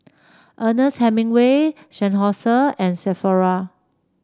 Ernest Hemingway Seinheiser and Sephora